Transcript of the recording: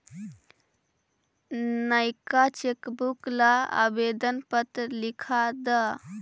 नएका चेकबुक ला आवेदन पत्र लिखा द